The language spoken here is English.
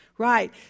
Right